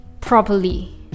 properly